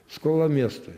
skola miestui